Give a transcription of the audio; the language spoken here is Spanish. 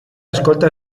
escolta